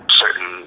certain